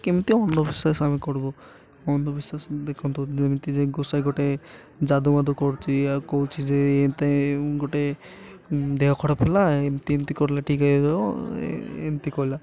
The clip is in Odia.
କେମିତି ଅନ୍ଧବିଶ୍ୱାସ ଆମେ କରିବୁ ଅନ୍ଧବିଶ୍ୱାସ ଦେଖନ୍ତୁ ଯେମିତି ଯେ ଗୋଷାଇ ଗୋଟେ ଜାଦୁବାଦୁ କରୁଛି କହୁଛି ଯେ ଏତେ ଗୋଟେ ଦେହ ଖରାପ ହେଲା ଏମିତି ଏମିତି କିରିଲା ଠିକ୍ ହେବ ଏମିତି କଲା